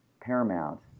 Paramount